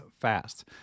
fast